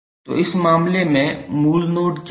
तो इस मामले में मूल नोड क्या हैं